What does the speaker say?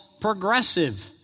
progressive